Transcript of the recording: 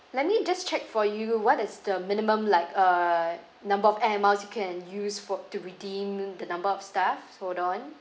let me just check for you what is the minimum like uh number of air miles you can use for to redeem the number of stuff hold on